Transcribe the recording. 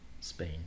Spain